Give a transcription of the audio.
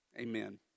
Amen